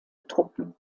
truppen